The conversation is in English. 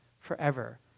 forever